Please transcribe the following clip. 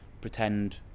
pretend